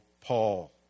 Paul